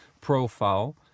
profile